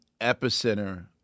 epicenter